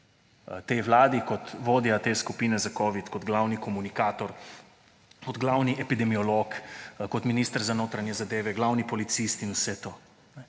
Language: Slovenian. tej vladi kot vodja te skupine za covid, kot glavni komunikator, kot glavni epidemiolog, kot minister za notranje zadeve, glavni policist in vse to.